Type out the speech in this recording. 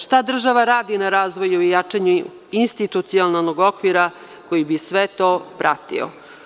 Šta država radi na razvoju i jačanju institucionalnog okvira koji bi sve to pratio?